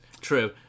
True